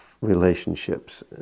relationships